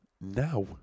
Now